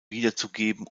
wiederzugeben